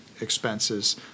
expenses